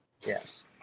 Yes